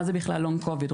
מה זה בכלל לונג קוביד?